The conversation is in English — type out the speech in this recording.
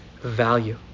value